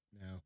no